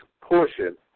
portion